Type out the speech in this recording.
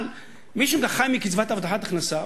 אבל מי שחי מקצבת הבטחת הכנסה,